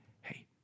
hey